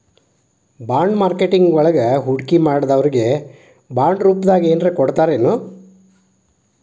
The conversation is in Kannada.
ಬಾಂಡ್ ಮಾರ್ಕೆಟಿಂಗ್ ವಳಗ ಹೂಡ್ಕಿಮಾಡ್ದೊರಿಗೆ ಬಾಂಡ್ರೂಪ್ದಾಗೆನರ ಕೊಡ್ತರೆನು?